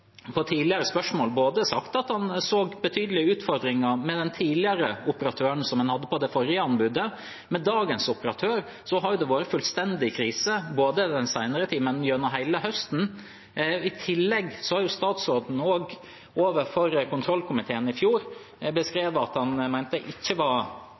på tidligere spørsmål svart at han så betydelige utfordringer med den tidligere operatøren en hadde, etter det forrige anbudet. Med dagens operatør har det vært fullstendig krise i den senere tid, men også gjennom hele høsten. I tillegg har statsråden overfor kontrollkomiteen i fjor beskrevet at han mente det ikke var